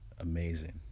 amazing